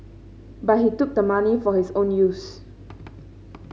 but he took the money for his own use